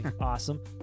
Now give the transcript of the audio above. awesome